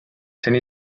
seni